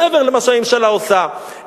מעבר למה שהממשלה עושה,